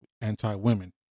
Anti-women